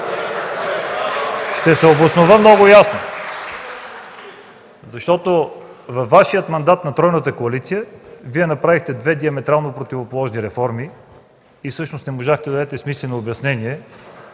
Ще се обоснова много ясно. Във Вашия мандат – на тройната коалиция, направихте две диаметрално противоположни реформи и всъщност не можахте да дадете смислено обяснение,